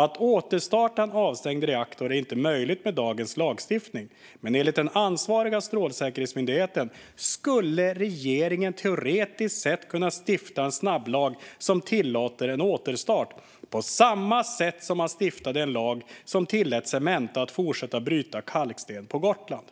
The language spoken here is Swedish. Att återstarta en avstängd reaktor är inte möjligt med dagens lagstiftning. Men enligt den ansvariga Strålsäkerhetsmyndigheten skulle regeringen teoretiskt kunna stifta en snabblag som tillåter en återstart, på samma sätt som man stiftade en lag som tillät Cementa att fortsätta bryta kalksten på Gotland."